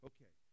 Okay